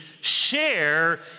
share